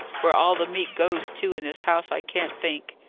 where all the meat goes to in this house, i can't think.